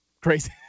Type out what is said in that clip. Crazy